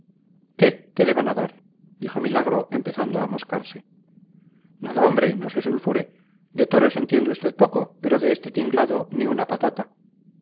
van a dar dijo milagro empezando a amoscarse nada hombre no se sulfure de toros entiende usted poco pero de este tinglado ni una patata